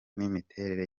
n’imiterere